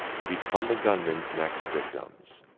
they become the gunman's next victims.